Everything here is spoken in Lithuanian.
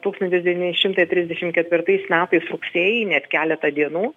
tūkstantis devyni šimtai trisdešim ketvirtais metais rugsėjį net keletą dienų